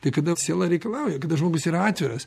tai kada siela reikalauja kada žmogus yra atviras